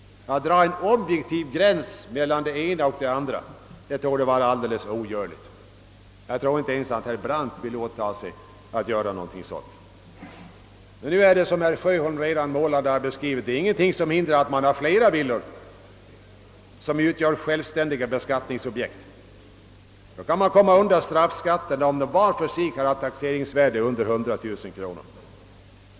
Att dra en objektiv gräns mellan lyx och icke lyx torde vara alldeles ogörligt. Jag tror inte ens herr Brandt vill åta sig något sådant. Nu är det ingenting som hindrar att en och samma ägare har flera villor som utgör självständiga beskattningsobjekt. Om dessa var för sig har ett taxeringsvärde understigande 100 000 kronor slipper man straffskatten.